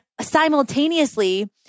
simultaneously